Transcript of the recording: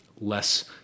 less